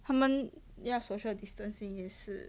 他们要 social distancing 也是